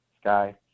Sky